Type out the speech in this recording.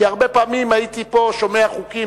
כי הרבה פעמים הייתי שומע חוקים